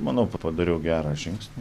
manau kad padariau gerą žingsnį